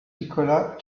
nicolas